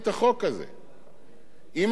אם כל כך מתייראים